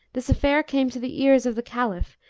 this affair came to the ears of the caliph,